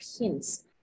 hints